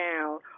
down